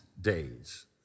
days